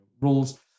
rules